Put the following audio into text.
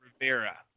Rivera